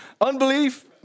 Unbelief